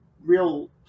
real